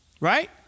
Right